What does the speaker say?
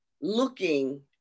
looking